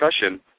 discussion